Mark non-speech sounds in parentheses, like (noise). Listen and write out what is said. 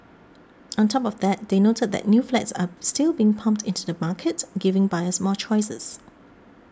(noise) on top of that they noted that new flats are still being pumped into the market giving buyers more choices